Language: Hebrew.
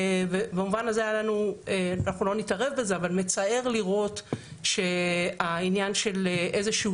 ובמובן הזה אנחנו לא נתערב בזה אבל מצער לראות שהעניין של איזושהי